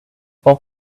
for